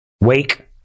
Wake